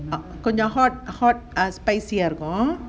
கொஞ்சம்:konjam hot hot uh spicy இருக்கும்:irukum